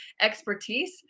expertise